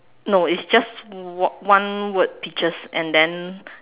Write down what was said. no it's just one one word peaches and then